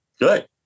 good